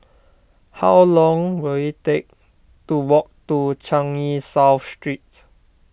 how long will it take to walk to Changi South Street